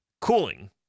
Cooling